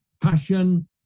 passion